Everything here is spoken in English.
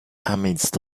amidst